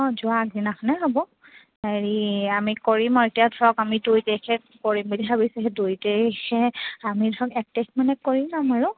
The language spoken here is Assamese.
অঁ যোৱা আগদিনাখনে হ'ব হেৰি আমি কৰিম আৰু এতিয়া ধৰক আমি দুই তাৰিখে কৰিম বুলি ভাবিছোঁ সেই দুই তাৰিখে আমি ধৰক এক তাৰিখ মানে কৰি ল'ম আৰু